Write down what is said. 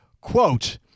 quote